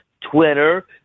Twitter